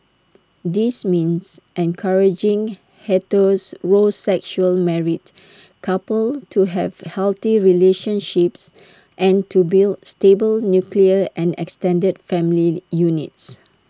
this means encouraging heterosexual married couples to have healthy relationships and to build stable nuclear and extended family units